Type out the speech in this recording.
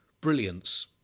brilliance